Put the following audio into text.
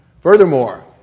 Furthermore